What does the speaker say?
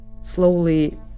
slowly